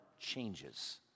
changes